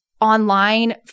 online